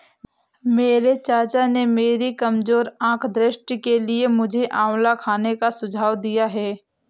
मेरे चाचा ने मेरी कमजोर आंख दृष्टि के लिए मुझे आंवला खाने का सुझाव दिया है